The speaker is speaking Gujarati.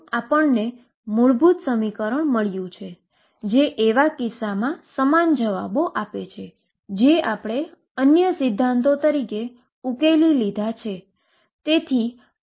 મેં અગાઉ વેવ વ્યાખ્યાનમાં આઈગનવેલ્યુનો વિચાર રજૂ કર્યો છે